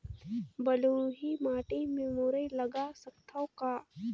बलुही माटी मे मुरई लगा सकथव का?